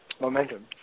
momentum